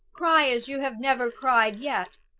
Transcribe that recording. cry as you have never cried yet!